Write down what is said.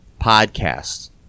Podcasts